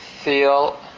feel